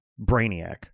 Brainiac